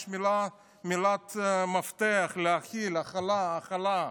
יש מילת מפתח, להכיל, הכלה, הכלה.